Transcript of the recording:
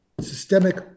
systemic